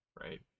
right